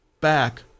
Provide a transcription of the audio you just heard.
back